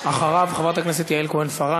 אחריו, חברת הכנסת יעל כהן-פארן.